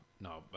No